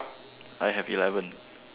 I have eleven